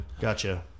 Gotcha